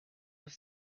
have